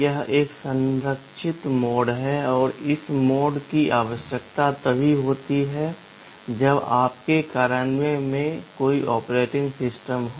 यह एक संरक्षित मोड है और इस मोड की आवश्यकता तभी होती है जब आपके कार्यान्वयन में कोई ऑपरेटिंग सिस्टम हो